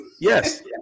Yes